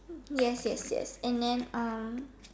yes yes yes and then um